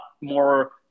more